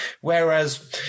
Whereas